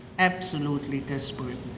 absolutely desperate.